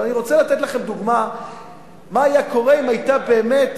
אבל אני רוצה לתת לכם דוגמה מה היה קורה אם היתה באמת,